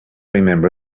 remember